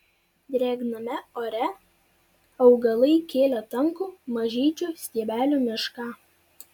drėgname ore augalai kėlė tankų mažyčių stiebelių mišką